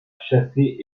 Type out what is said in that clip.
chasser